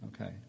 Okay